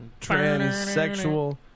transsexual